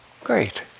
great